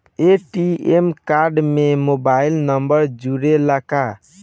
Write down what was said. ATM card में mobile number जुरेला का?